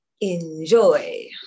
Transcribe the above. Enjoy